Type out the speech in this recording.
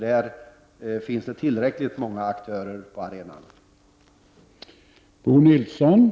Det finns redan tillräckligt många aktörer på arenan som vill göra det.